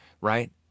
right